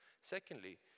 Secondly